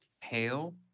pale